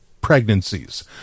pregnancies